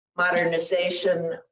modernization